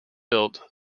built